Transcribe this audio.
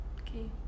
okay